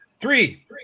three